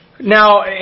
Now